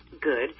good